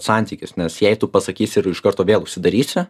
santykis nes jei tu pasakysi ir iš karto vėl užsidarysi